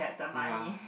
ya